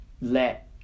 let